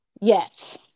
Yes